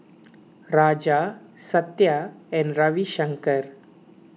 Raja Satya and Ravi Shankar